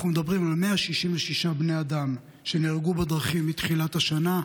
אנחנו מדברים על 166 בני אדם שנהרגו בדרכים מתחילת השנה,